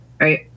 right